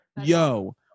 yo